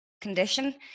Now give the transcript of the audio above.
condition